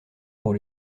pour